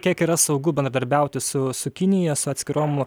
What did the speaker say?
kiek yra saugu bendradarbiauti su su kinija su atskirom